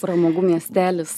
pramogų miestelis